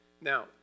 Now